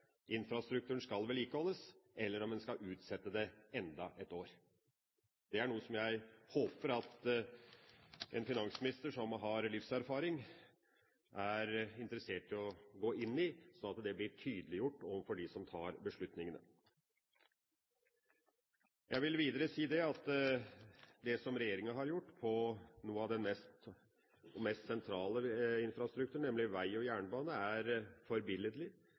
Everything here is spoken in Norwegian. infrastrukturen skal vedlikeholdes, eller om en skal utsette det enda et år. Det er noe jeg håper en finansminister som har livserfaring, er interessert i å gå inn i, slik at det blir tydeliggjort overfor dem som tar beslutningene. Jeg vil videre si at det som regjeringa har gjort på noe av den mest sentrale infrastrukturen, nemlig vei og jernbane, er forbilledlig,